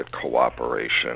cooperation